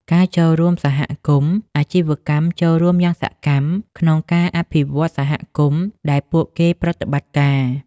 ការចូលរួមសហគមន៍ អាជីវកម្មចូលរួមយ៉ាងសកម្មក្នុងការអភិវឌ្ឍសហគមន៍ដែលពួកគេប្រតិបត្តិការ ។